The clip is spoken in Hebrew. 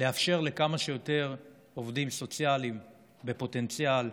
לאפשר לכמה שיותר עובדים סוציאליים בפוטנציאל,